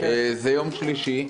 זה יום שלישי,